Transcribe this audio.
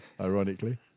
ironically